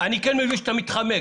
אני כן מבין שאתה מתחמק.